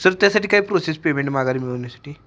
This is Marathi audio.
सर त्यासाठी काही प्रोसेस पेमेंट माघारी मिळवण्यासाठी